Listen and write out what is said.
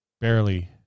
barely